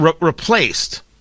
replaced